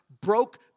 broke